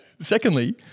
Secondly